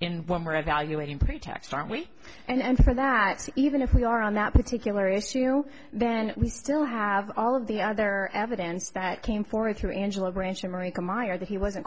in one word evaluating pretext are we and for that even if we are on that particular issue then we still have all of the other evidence that came forward through angela branch america meyer that he wasn't